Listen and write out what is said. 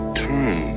turn